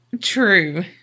True